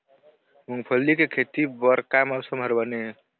मूंगफली के खेती बर का मौसम हर बने ये?